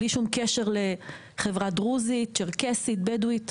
בלי קשר לחברה דרוזית, צ׳רקסית או בדואית.